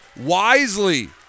wisely